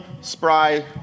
spry